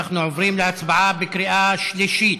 אנחנו עוברים להצבעה בקריאה שלישית.